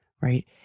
right